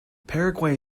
paraguay